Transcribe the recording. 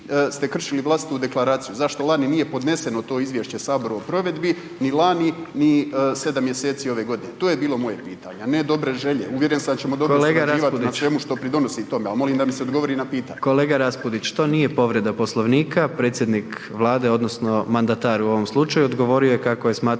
Kolega Raspudić to nije povreda Poslovnika, predsjednik Vlade odnosno mandatar u ovom slučaju odgovorio je kako je smatrao